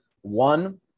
One